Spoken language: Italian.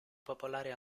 popolari